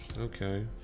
okay